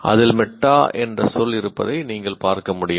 அதில் மெட்டா என்ற சொல் இருப்பதை நீங்கள் பார்க்க முடியும்